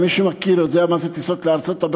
ומי שמכיר יודע מה זה טיסות לארצות-הברית,